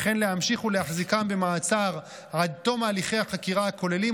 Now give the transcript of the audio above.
וכן להמשיך ולהחזיקם במעצר עד תום הליכי החקירה הכוללים,